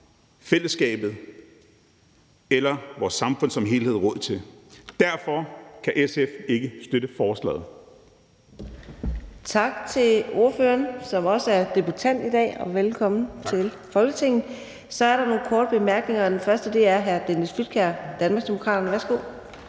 fællesskabet eller vores samfund som helhed råd til. Derfor kan SF ikke støtte forslaget.